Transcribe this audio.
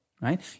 right